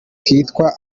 kitwa